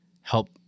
help